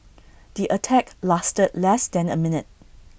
the attack lasted less than A minute